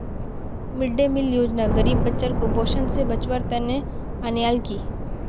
mid day meal योजना गरीब बच्चाक कुपोषण स बचव्वार तने अन्याल कि